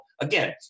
Again